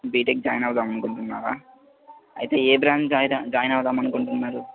BTech join అవుదామని అనుకుంటున్నారా అయితే ఏ బ్రాంచ్ జాయి జాయిన్ అవుదామని అనుకుంటున్నారు